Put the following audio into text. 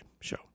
show